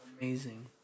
amazing